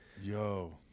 Yo